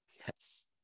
yes